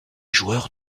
joueurs